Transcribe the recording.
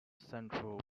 central